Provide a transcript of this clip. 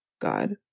God